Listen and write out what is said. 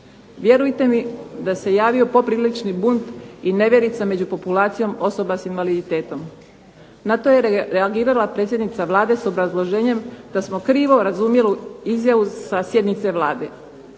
Vjerujte mi da se javio poprilični bunt i nevjerica među populacijom osoba sa invaliditetom. Na to je reagirala predsjednica Vlade sa obrazloženjem da smo krivo razumjeli izjavu sa sjednice Vlade.